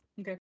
Okay